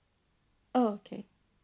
oh okay